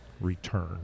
return